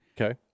Okay